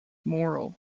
moral